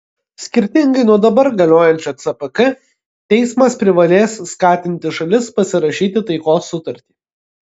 skirtingai nuo dabar galiojančio cpk teismas privalės skatinti šalis pasirašyti taikos sutartį